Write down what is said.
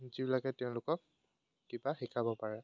যিবিলাকে তেওঁলোকক কিবা শিকাব পাৰে